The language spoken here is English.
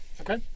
okay